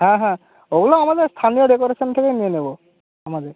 হ্যাঁ হ্যাঁ ওগুলো আমাদের স্থানীয় ডেকরেশন থেকেই নিয়ে নেব আমাদের